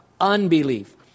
unbelief